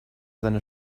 seine